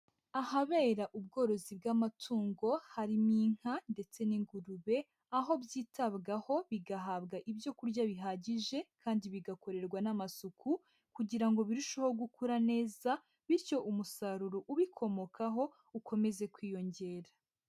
Ahabera ubworozi bw'amatungo, harimo inka, ndetse n'ingurube, aho byitabwaho, bigahabwa ibyo kurya bihagije, kandi bigakorerwa n'amasuku, kugira ngo birusheho gukura neza, bityo umusaruro ubikomokaho ukomeze kwiyongera.